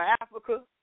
Africa